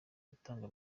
gutanga